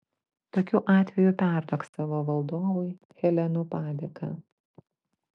tokiu atveju perduok savo valdovui helenų padėką